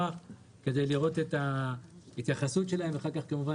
כדי לראות את ההתייחסות שלהם ואחר כך כמובן